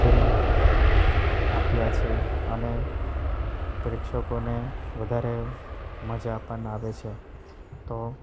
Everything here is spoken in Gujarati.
ફિલ્મ આપ્યા છે અને પ્રેક્ષકોને વધારે મજા પણ આવે છે તો